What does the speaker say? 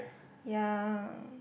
ya